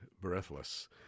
breathless